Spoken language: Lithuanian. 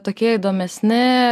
tokie įdomesni